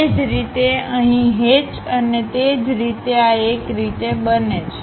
એ જ રીતેઅહીં હેચ અને તે જ રીતે આ એક રીતે બને છે